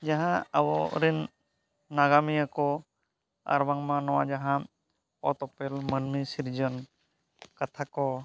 ᱡᱟᱦᱟᱸ ᱟᱵᱚᱨᱮᱱ ᱱᱟᱜᱟᱢᱤᱭᱟᱹᱠᱚ ᱟᱨ ᱵᱟᱝᱢᱟ ᱱᱚᱣᱟ ᱡᱟᱦᱟᱸ ᱚᱛ ᱚᱯᱮᱞ ᱢᱟᱹᱱᱢᱤ ᱥᱤᱨᱡᱚᱱ ᱠᱟᱛᱷᱟ ᱠᱚ